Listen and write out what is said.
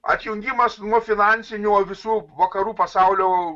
atjungimas nuo finansinių visų vakarų pasaulio